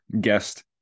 guest